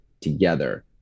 together